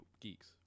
geeks